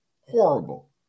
Horrible